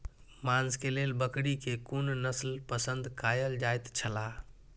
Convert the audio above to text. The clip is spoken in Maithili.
मांस के लेल बकरी के कुन नस्ल पसंद कायल जायत छला?